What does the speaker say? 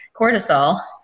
cortisol